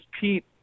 Pete